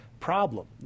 problem